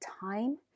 time